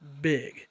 big